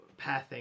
pathing